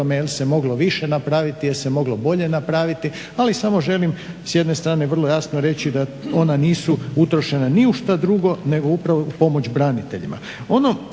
jel se moglo više napraviti jel se moglo bolje napraviti ali samo želim s jedne strane vrlo jasno reći da ona nisu utrošena ni u šta drugo nego upravo pomoć braniteljima.